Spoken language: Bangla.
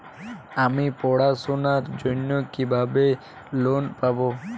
আমি পড়াশোনার জন্য কিভাবে লোন পাব?